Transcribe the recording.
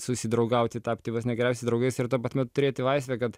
susidraugauti tapti vos ne geriausiais draugais ir tuo pat metu turėti laisvę kad